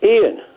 Ian